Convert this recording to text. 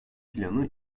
planı